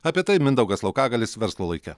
apie tai mindaugas laukagalis verslo laike